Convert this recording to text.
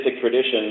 tradition